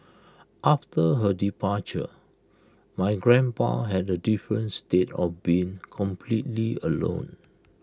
after her departure my grandpa had A different state of being completely alone